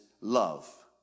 love